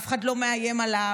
אף אחד לא מאיים עליו,